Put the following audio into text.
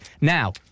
Now